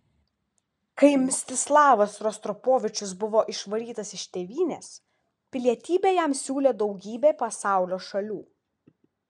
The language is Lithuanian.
kai mstislavas rostropovičius buvo išvarytas iš tėvynės pilietybę jam siūlė daugybė pasaulio šalių